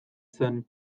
zen